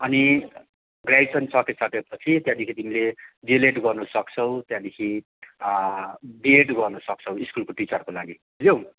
अनि ग्रेजुएसन सकिसकेपछि त्यहाँदेखि तिमीले डिएलएड गर्नु सक्छौ त्यहाँदेखि बिएड गर्नु सक्छौ स्कुलको टिचरको लागि बुझ्यौ